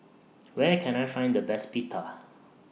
Where Can I Find The Best Pita